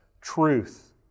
truth